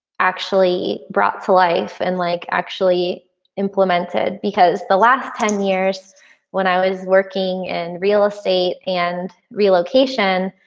actually brought to life and like actually implemented because the last ten years when i was working in real estate and relocation,